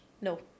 no